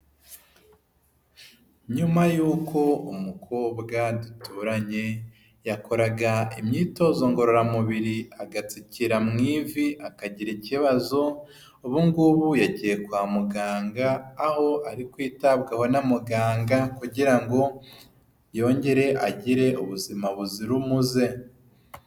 Nyuma y'uko umukobwa duturanye yakoraga imyitozo ngororamubiri agatsikera mu ivi akagira ikibazo ubungubu yagiye kwa muganga aho ari kwitabwaho na muganga kugira ngo yongere agire ubuzima buzira umuze.